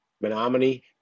Menominee